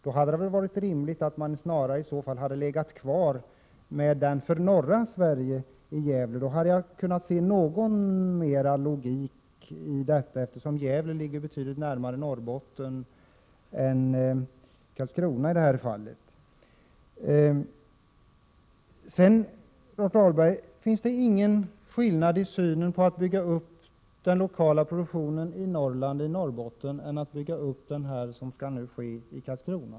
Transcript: Det hade väl snarare varit rimligt om den lokala kartproduktionen för norra Sverige hade legat kvar i Gävle. Då hade jag kunnat finna en viss logik i detta, eftersom Gävle ligger betydligt närmare Norrbotten än Karlskrona. Vidare, Rolf Dahlberg, finns det ingen skillnad i synsätt när det gäller att bygga upp den lokala produktionen i Norrbotten och att bygga upp den som skall ske i Karlskrona.